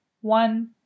one